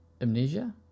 Amnesia